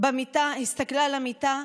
הסתכלה על המיטה,